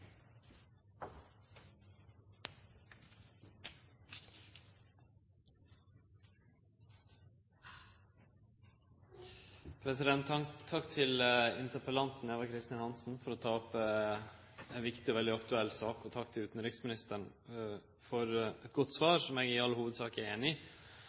interpellanten, Eva Kristin Hansen, for å ta opp ei viktig og veldig aktuell sak og takk til utanriksministeren for eit godt svar, som eg i all hovudsak er einig